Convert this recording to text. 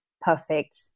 perfect